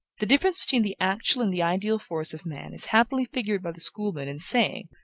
the difference between the actual and the ideal force of man is happily figured by the schoolmen, in saying,